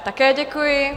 Také děkuji.